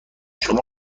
شما